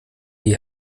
die